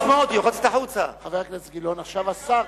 שיצא החוצה, החצוף הזה.